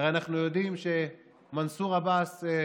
הרי אנחנו יודעים שמנסור עבאס,